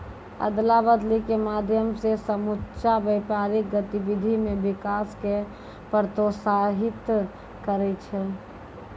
अदला बदली के माध्यम से समुच्चा व्यापारिक गतिविधि मे विकास क प्रोत्साहित करै छै